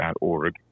org